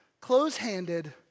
close-handed